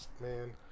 Man